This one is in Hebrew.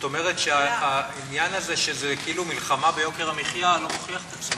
כלומר העניין הזה שזה כאילו מלחמה ביוקר המחיה לא מוכיח את עצמו.